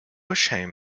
ashamed